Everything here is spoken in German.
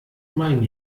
mein